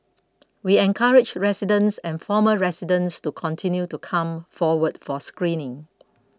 we encourage residents and former residents to continue to come forward for screening